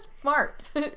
smart